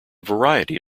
variety